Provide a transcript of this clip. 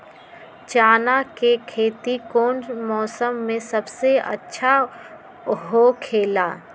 चाना के खेती कौन मौसम में सबसे अच्छा होखेला?